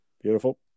Beautiful